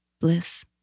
bliss